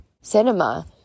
cinema